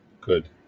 Good